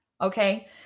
Okay